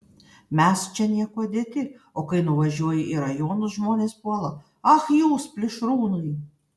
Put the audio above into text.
mes čia niekuo dėti o kai nuvažiuoji į rajonus žmonės puola ach jūs plėšrūnai